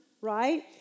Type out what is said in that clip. right